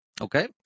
Okay